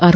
R